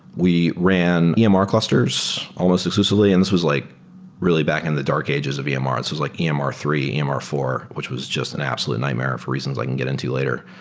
we ran yeah emr clusters almost exclusively, and this was like really back in the dark ages of emr. this was like emr three, emr four, which was just an absolute nightmare for reasons i can get into later.